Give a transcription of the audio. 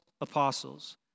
apostles